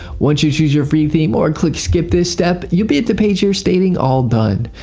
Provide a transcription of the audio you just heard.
once you choose your free theme or click skip this step you'll be at the page here stating all done.